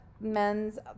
Men's